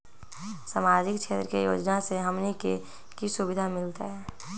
सामाजिक क्षेत्र के योजना से हमनी के की सुविधा मिलतै?